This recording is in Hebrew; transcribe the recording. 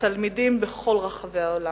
התלמידים בכל רחבי העולם,